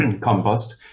compost